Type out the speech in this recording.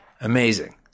Amazing